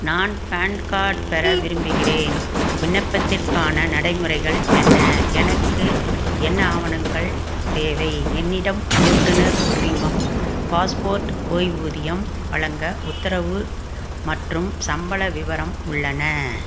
நான் PAN card பெற விரும்புகிறேன் விண்ணப்பத்திற்கான நடைமுறைகள் என்ன எனக்கு என்ன ஆவணங்கள் தேவை என்னிடம் ஓட்டுநர் உரிமம் பாஸ்போர்ட் ஓய்வூதியம் வழங்க உத்தரவு மற்றும் சம்பள விவரம் உள்ளன